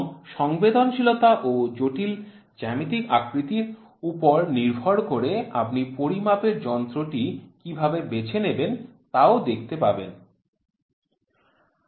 এবং সংবেদনশীলতা ও জটিল জ্যামিতিক আকৃতির উপর নির্ভর আপনি পরিমাপের যন্ত্র টি কিভাবে বেছে নেবেন তা ও দেখবেন